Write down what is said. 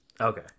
Okay